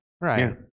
right